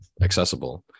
accessible